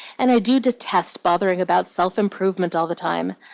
and i do detest bothering about self-improvement all the time.